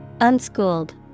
Unschooled